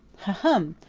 ha-hum!